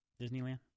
Disneyland